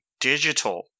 digital